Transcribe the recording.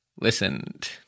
listened